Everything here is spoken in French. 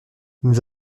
nous